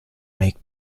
make